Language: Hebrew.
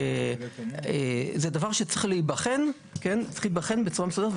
זה דבר שצריך להיבחן בצורה מסודרת,